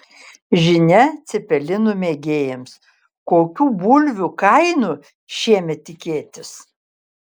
žinia cepelinų mėgėjams kokių bulvių kainų šiemet tikėtis